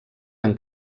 han